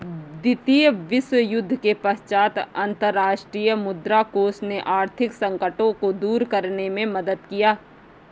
द्वितीय विश्वयुद्ध के पश्चात अंतर्राष्ट्रीय मुद्रा कोष ने आर्थिक संकटों को दूर करने में मदद किया